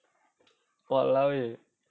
!walao! eh